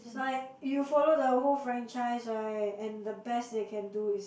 it's like you follow the whole franchise right and the best they can do is